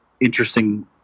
interesting